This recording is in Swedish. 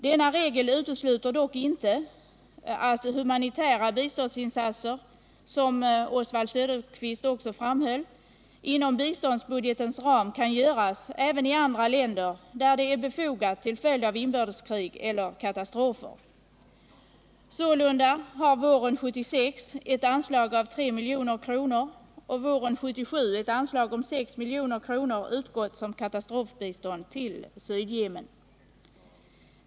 Denna regel utesluter dock inte att humanitära biståndsinsatser — som också Oswald Söderqvist framhöll — inom biståndsbudgetens ram kan göras även i andra länder, där det är befogat till följd av inbördeskrig eller katastrofer. Sålunda har våren 1976 ett anslag på 3 milj.kr. och våren 1977 ett anslag på 6 milj.kr. utgått som katastrofbistånd till Sydyemen.